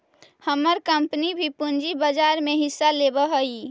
हमर कंपनी भी पूंजी बाजार में हिस्सा लेवअ हई